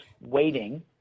waiting